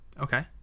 Okay